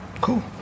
Cool